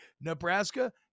Nebraska